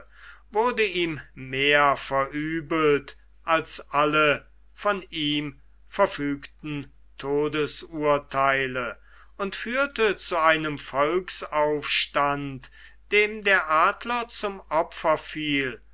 wurde ihm mehr verübelt als alle von ihm verfügten todesurteile und führte zu einem volksaufstand dem der adler zum opfer fiel